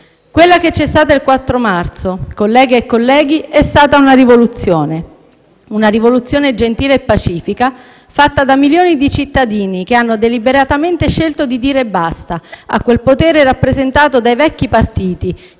Quella che c'è stata il 4 marzo, colleghe e colleghi, è stata una rivoluzione. Una rivoluzione gentile, pacifica, fatta da milioni di cittadini che hanno deliberatamente scelto di dire basta a quel potere rappresentato dai vecchi partiti